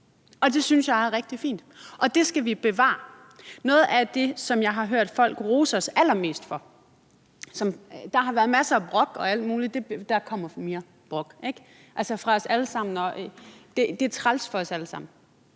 Det synes jeg er rigtig fint, og det skal vi bevare. Noget af det, som jeg har hørt folk rose os allermest for – der har været masser af brok og alt muligt, og der kommer mere brok fra os alle sammen, for det er træls for os alle sammen